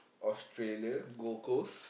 Australia Gold-Coast